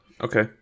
okay